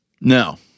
Now